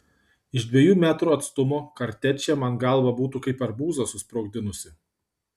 iš dviejų metrų atstumo kartečė man galvą būtų kaip arbūzą susprogdinusi